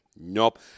nope